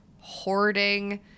hoarding